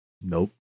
nope